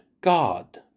God